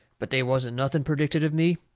but they wasn't nothing perdicted of me,